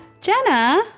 Jenna